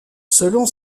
selon